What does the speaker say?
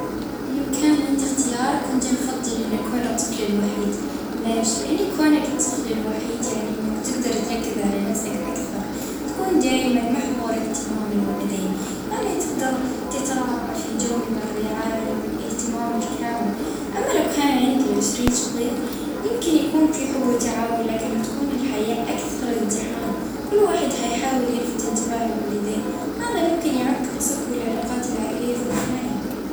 اه نختار اه عيلة فيها عشرين أخ، اه لأن العائلة الكبيرة فيها دعم ونس.